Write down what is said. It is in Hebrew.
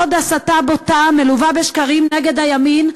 עוד הסתה בוטה מלווה בשקרים נגד הימין,